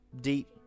deep